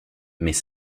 mais